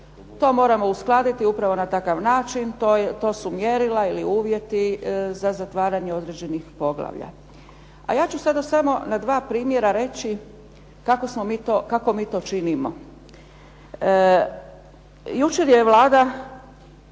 To moramo uskladiti upravo na takav način. To su mjerila ili uvjeti za zatvaranje određenih poglavlja. A ja ću sada samo na dva primjera reći kako smo mi to, kako mi to činimo. Jučer je Vlada